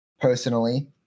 personally